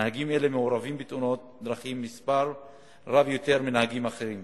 נהגים אלה מעורבים בתאונות דרכים יותר מנהגים אחרים,